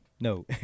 No